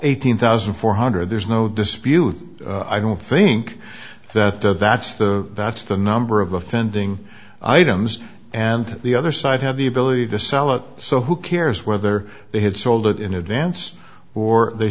eighteen thousand four hundred there's no dispute i don't think that that's the that's the number of offending items and the other side had the ability to sell it so who cares whether they had sold it in advance or they